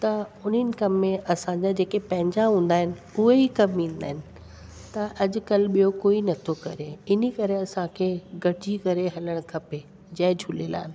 त हुननि कम में असांजा जेके पंहिंजा हूंदा आहिनि उए ई कमु ईंदा आहिनि त अॼुकल्ह ॿियों कोई नथो करे इनी करे असांखे गॾजी करे हलण खपे जय झूलेलाल